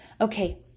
Okay